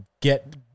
get